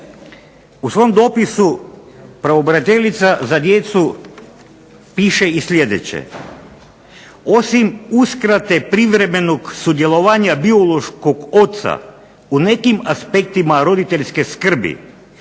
u svom dopisu pravobraniteljica za djecu piše i sljedeće: osim uskrate privremenog sudjelovanja biološkog oca u nekim aspektima roditeljske skrbi